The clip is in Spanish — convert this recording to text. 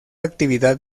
actividad